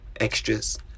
extras